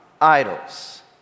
idols